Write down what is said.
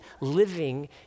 living